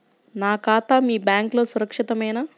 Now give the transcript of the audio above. నా ఖాతా మీ బ్యాంక్లో సురక్షితమేనా?